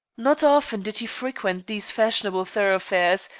not often did he frequent these fashionable thoroughfares,